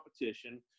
competition